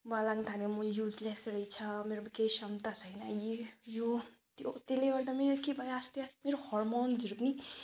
मलाई लाग्नु थाल्यो म युजलेस रहेछ मेरोमा केही क्षमता छैन ए यो त्यो त्यले गर्दा मेरो के भयो आस्ते मेरो हर्मोन्सहरू पनि